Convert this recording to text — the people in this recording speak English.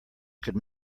could